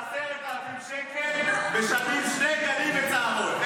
איך ב-10,000 שקלים משלמים שני גנים וצהרון?